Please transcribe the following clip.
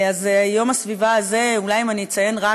ביום הסביבה הזה, אולי אני אציין רק